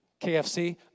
KFC